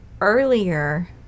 Earlier